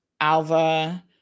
Alva